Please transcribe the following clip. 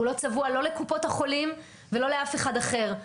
הוא לא צבוע, לא לקופות החולים ולא לאף אחד אחר.